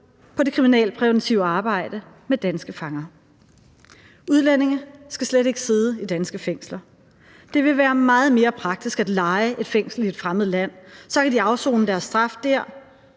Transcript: på det kriminalpræventive arbejde med danske fanger. Udlændinge skal slet ikke sidde i danske fængsler. Det ville være meget mere praktisk at leje et fængsel i et fremmed land. Så kan de afsone deres straf der.